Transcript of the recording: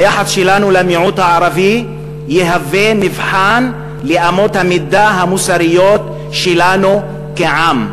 היחס שלנו למיעוט הערבי יהווה מבחן לאמות המידה המוסריות שלנו כעם".